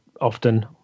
Often